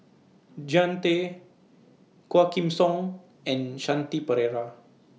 Jean Tay Quah Kim Song and Shanti Pereira